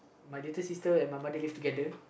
my little sister and my mother live together